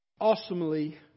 awesomely